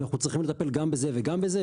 אנחנו צריכים לטפל גם בזה וגם בזה.